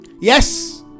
Yes